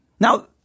Now